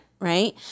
Right